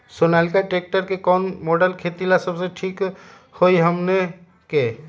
Sonalika tractor के कौन model खेती ला सबसे ठीक होई हमने की?